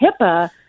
HIPAA